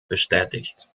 bestätigt